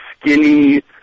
skinny